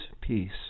peace